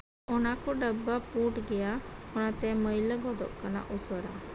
ᱚᱱᱟ ᱠᱚ ᱰᱟᱵᱵᱟ ᱯᱩᱸᱰ ᱜᱮᱭᱟ ᱚᱱᱟᱛᱮ ᱢᱟᱹᱭᱞᱟᱹ ᱜᱚᱫᱚᱜ ᱠᱟᱱᱟ ᱩᱥᱟᱹᱨᱟ